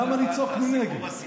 למה לצעוק מנגד?